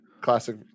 Classic